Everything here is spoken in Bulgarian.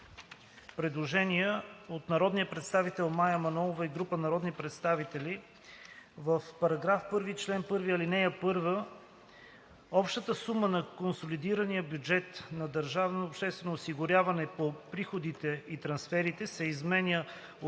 предложение от народния представител Мая Манолова и група народни представители: „1. В § 1, чл. 1, ал. 1, общата сума на консолидирания бюджет на държавното обществено осигуряване по приходите и трансферите се изменя от